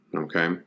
Okay